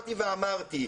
הזכרתי ואמרתי,